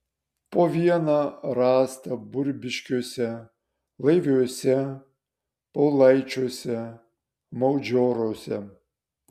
po vieną rasta burbiškiuose laiviuose paulaičiuose maudžioruose